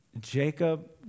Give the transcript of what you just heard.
Jacob